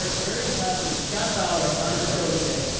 ah very impressive. scott bauer on the show today.